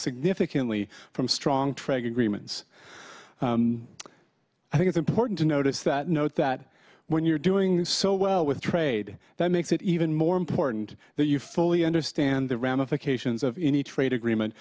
significantly from strong trade agreements i think it's important to notice that note that when you're doing so well with trade that makes it even more important that you fully understand the ramifications of any trade agreement